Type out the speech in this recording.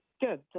Good